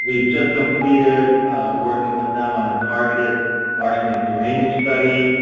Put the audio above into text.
we have just completed working with them on a targeted arsenic uranium study,